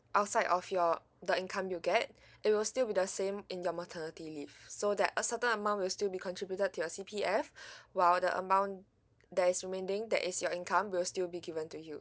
outside of your the income you get it will still be the same in your maternity leave so that a certain amount will still be contributed to your C_P_F while the amount there's remaining that is your income will still be given to you